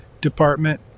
department